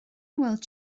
bhfuil